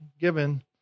given